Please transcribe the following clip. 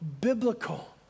biblical